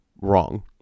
wrong